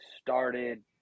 started